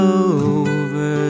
over